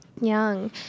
Young